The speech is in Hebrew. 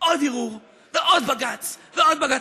עוד ערעור ועוד בג"ץ ועוד בג"ץ.